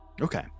okay